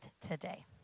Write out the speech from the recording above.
today